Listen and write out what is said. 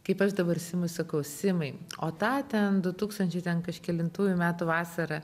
kaip aš dabar simui sakau simai o tą ten du tūkstančiai ten kažkelintųjų metų vasarą